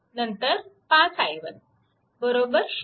नंतर 5 i1 0